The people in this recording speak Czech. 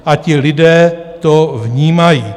A ti lidé to vnímají.